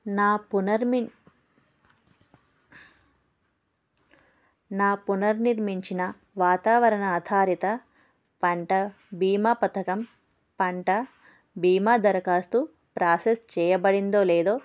నా పునర్నిన్ నా పునర్నిర్మించిన వాతావరణ ఆధారిత పంట బీమా పథకం పంట బీమా దరఖాస్తు ప్రాసెస్ చేయబడిందో లేదో